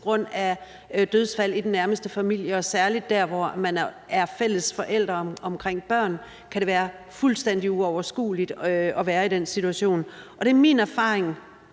grund af dødsfald i den nærmeste familie, og særlig der, hvor man er fælles forældre til børn, kan det være fuldstændig uoverskueligt at være i den situation. Det er min erfaring,